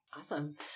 Awesome